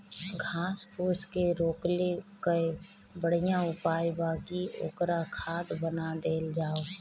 घास फूस के रोकले कअ बढ़िया उपाय बा कि ओकर खाद बना देहल जाओ